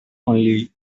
only